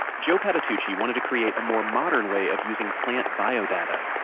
joe patitucci wanted to create a more modern way of using plant biodata.